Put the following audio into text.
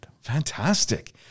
fantastic